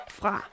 fra